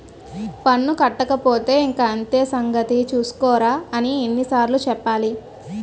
పన్ను కట్టకపోతే ఇంక అంతే సంగతి చూస్కోరా అని ఎన్ని సార్లు చెప్పాలి